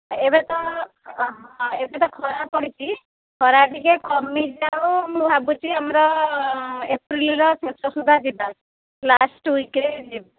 ଏବେ ତ ଖରା ହଁ ଏବେ ତ ଖରା ପଡ଼ିଛି ଖରା ଟିକିଏ କମିଯାଉ ମୁଁ ଭାବୁଛି ଆମର ଏପ୍ରିଲ୍ର ଶେଷ ସୁଧା ଯିବା ଲାଷ୍ଟ୍ ୱିକ୍ରେ ଯିବା